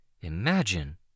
Imagine